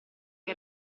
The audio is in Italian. che